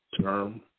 term